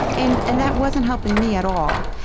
and and that wasn't helping me at all.